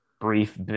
brief